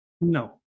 no